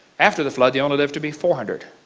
after the flood they only lived to be four hundred